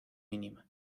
mínima